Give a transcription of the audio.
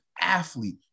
athlete